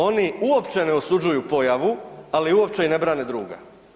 Oni uopće ne osuđuju pojavu, ali uopće i ne brane druga.